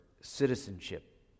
citizenship